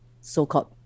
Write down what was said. So-called